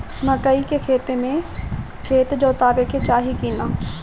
मकई के खेती मे खेत जोतावे के चाही किना?